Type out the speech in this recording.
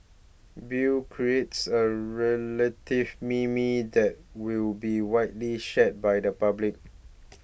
Bill creates a relative meme that will be widely shared by the public